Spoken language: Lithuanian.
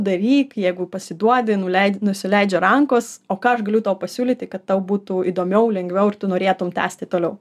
daryk jeigu pasiduodi nuleidi nusileidžia rankos o ką aš galiu tau pasiūlyti kad tau būtų įdomiau lengviau ir tu norėtum tęsti toliau